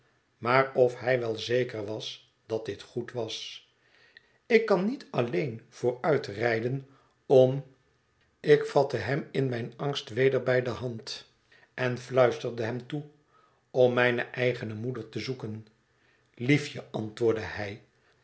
maar of hij wel zeker was dat dit goed was kan ik niet alleen vooruitrijden om ik vatte hem in mijn angst weder bij de hand en fluisterde hem toe om mijne eigene moeder te zoeken liefje antwoordde hij